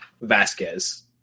Vasquez